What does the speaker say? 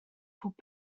pob